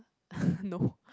no